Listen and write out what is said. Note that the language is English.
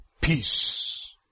peace